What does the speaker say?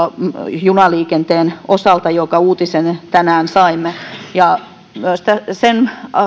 junaliikenteen osalta jonka uutisen tänään saimme myös sen